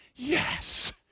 Yes